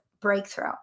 breakthrough